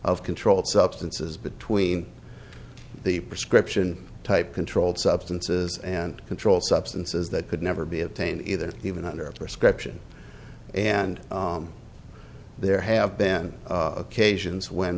of controlled substances between the prescription type controlled substances and controlled substances that could never be obtained either even under a prescription and there have been